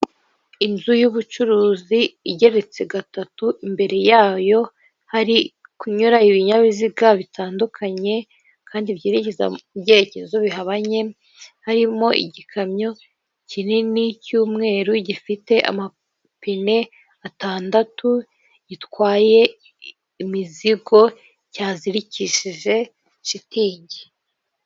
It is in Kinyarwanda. Inzu y'ubucuruzi igeretse gatatu, imbere yayo hari kunyura ibinyabiziga bitandukanye, kandi byerekeza mu byerekezo bihabanye, harimo igikamyo kinini cy'umweru gifite amapine atandatu, gitwaye imizigo cyazirikishije shitingi.